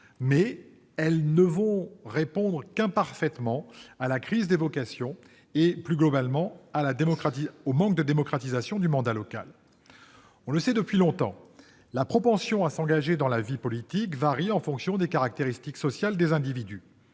mais elles ne répondent que partiellement à la crise des vocations et, plus globalement, au manque de démocratisation du mandat local. On le sait depuis longtemps, la propension à s'engager dans la vie politique varie en fonction des caractéristiques sociales des individus.